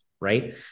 Right